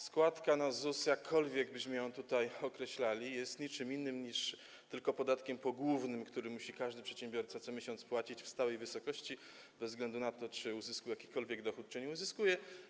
Składka na ZUS, jakkolwiek byśmy ją tutaj określili, jest niczym innym niż tylko podatkiem pogłównym, który musi każdy przedsiębiorca co miesiąc płacić w stałej wysokości bez względu na to, czy uzyskuje jakikolwiek dochód, czy nie uzyskuje.